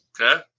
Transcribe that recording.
Okay